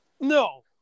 No